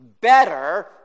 better